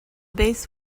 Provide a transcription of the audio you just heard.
base